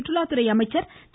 சுற்றுலாத்துறை அமைச்சர் திரு